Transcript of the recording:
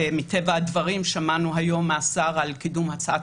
ומטבע הדברים שמענו היום מהשר על קידום הצעת